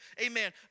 amen